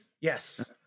Yes